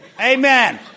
Amen